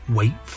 Wait